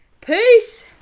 Peace